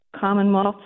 Commonwealth